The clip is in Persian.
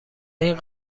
این